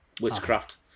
witchcraft